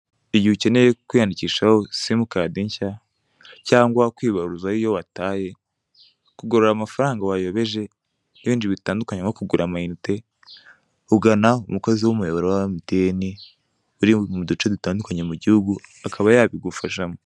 Igihe ukeneye kwiyandikishaho simukadi nshya cyangwa kwiyandikishaho iyo wataye kugarura amafaranga wayobeje n'inindi bitandukanye nko kugura amayinite ugana umukoziw'umuyoboro wa MTN uri mu duce dutandukanye mu guhugu akaba yabigufashamo.